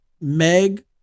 Meg